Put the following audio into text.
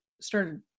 started